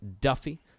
Duffy